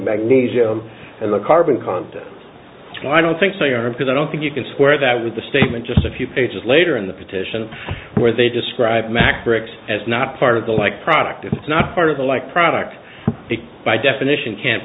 magnesium and the carbon content i don't think they are because i don't think you can square that with the statement just a few pages later in the petition where they describe max tricks as not part of the like product it's not part of a like product by definition can't